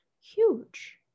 huge